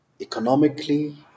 economically